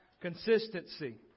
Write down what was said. consistency